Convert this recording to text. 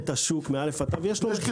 לתכנן את השוק מא' עד ת', יש לזה מחיר.